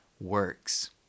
works